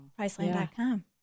Priceline.com